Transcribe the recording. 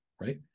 Right